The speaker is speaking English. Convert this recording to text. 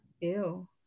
Ew